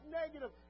negative